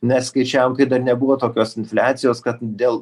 mes skaičiavom kai dar nebuvo tokios infliacijos kad dėl